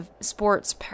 sports